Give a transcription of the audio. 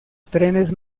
trenes